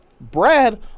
Brad